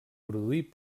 produir